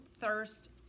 thirst